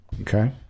okay